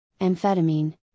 amphetamine